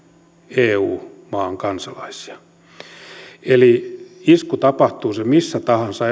eu maan kansalaista eli isku tapahtuu se missä tahansa